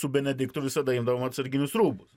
su benediktu visada imdavom atsarginius rūbus